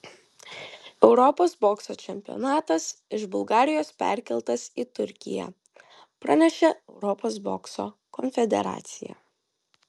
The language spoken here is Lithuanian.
europos bokso čempionatas iš bulgarijos perkeltas į turkiją pranešė europos bokso konfederacija